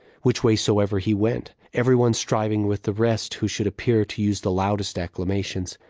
which way soever he went, every one striving with the rest who should appear to use the loudest acclamations.